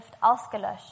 ausgelöscht